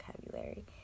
vocabulary